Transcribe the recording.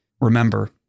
remember